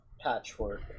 Patchwork